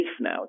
now